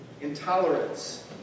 Intolerance